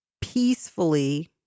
peacefully